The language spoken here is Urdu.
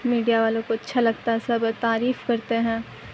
میڈیا والوں کو اچھا لگتا ہے سب تعریف کرتے ہیں